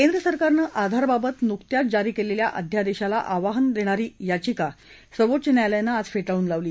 केंद्र सरकारनं आधारबाबत नुकत्याच जारी केलेल्या अध्यादेशाला आव्हान देणारी याचिका सर्वोच्च न्यायालयानं आज फेटाळून लावली